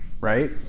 Right